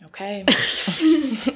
Okay